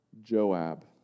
Joab